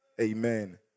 amen